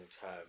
term